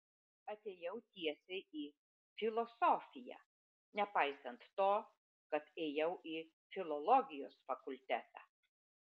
atėjau tiesiai į filosofiją nepaisant to kad ėjau į filologijos fakultetą